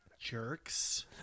Jerks